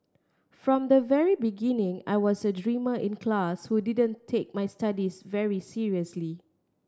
from the very beginning I was a dreamer in class who didn't take my studies very seriously